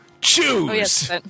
Choose